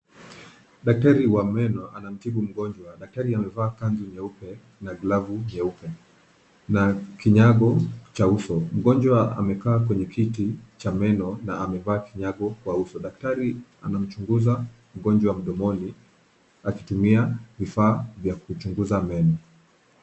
Daktari wa meno anamtibu mgonjwa. Daktari amevaa kanzu nyeupe na glavu jeupe na kinyago cha uso. Mgonjwa amekaa kwenye kiti cha meno na amevaa kinyago kwa uso. Daktari anamchunguza mgonjwa mdomoni akitumia vifaa vya kuchunguza meno.